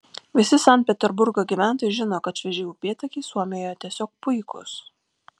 visi sankt peterburgo gyventojai žino kad švieži upėtakiai suomijoje tiesiog puikūs